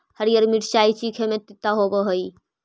हरीअर मिचाई चीखे में तीता होब हई